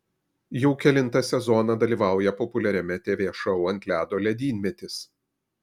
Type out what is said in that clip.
jau kelintą sezoną dalyvauja populiariame tv šou ant ledo ledynmetis